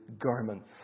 garments